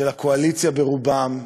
של הקואליציה, ברובם,